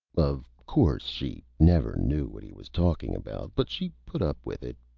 of course she never knew what he was talking about, but she put up with it,